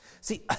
See